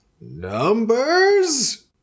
Numbers